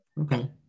Okay